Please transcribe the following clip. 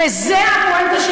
וזו הפואנטה של